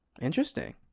Interesting